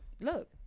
look